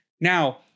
Now